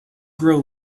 grow